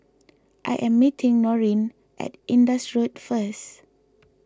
I am meeting Norene at Indus Road first